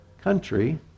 country